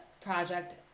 project